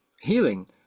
healing